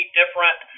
different